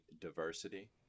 diversity